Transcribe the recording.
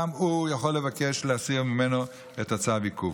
גם הוא יכול לבקש להסיר ממנו את הצו עיכוב.